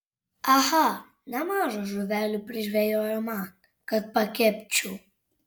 aha nemaža žuvelių prižvejojo man kad pakepčiau